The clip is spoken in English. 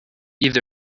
either